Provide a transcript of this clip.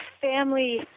family